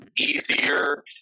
easier